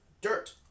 dirt